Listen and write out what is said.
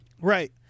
Right